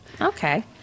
okay